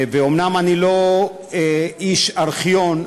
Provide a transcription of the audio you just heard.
ואומנם אני לא איש ארכיון,